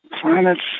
Planets